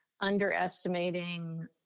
underestimating